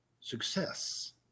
success